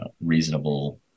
reasonable